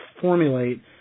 formulate